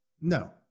No